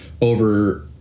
over –